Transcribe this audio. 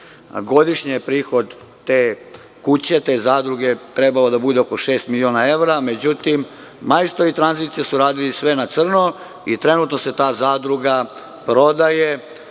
Godišnji prihod te kuće, te zadruge je trebalo da bude oko šest miliona evra, međutim majstori tranzicije su radili sve na crno i trenutno se ta zadruga prodaje